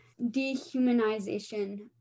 dehumanization